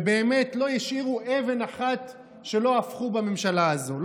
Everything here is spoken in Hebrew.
ובאמת לא השאירו אבן אחת שלא הפכו בממשלה הזאת,